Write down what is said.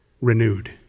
renewed